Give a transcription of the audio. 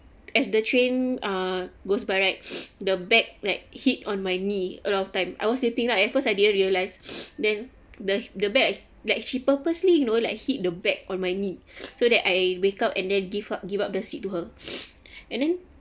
as the train uh goes by right the bag like hit on my knee a lot of time I was sleeping right at first I didn't realise then the the bag like she purposely you know like hit the bag on my knee so that I wake up and then give up give up the seat to her and then